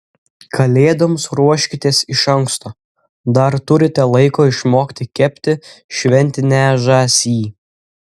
kalėdoms ruoškitės iš anksto dar turite laiko išmokti kepti šventinę žąsį